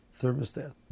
thermostat